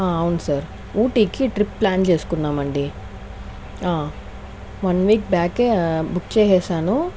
అవును సార్ ఊటీకి trip plan చేసుకున్నామండి వన్ వీక్ బ్యాకే బుక్ చేసేసాను